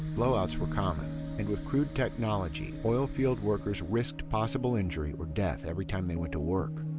blowouts were common and with crude technology, oil-field workers risked possible injury or death every time they went to work.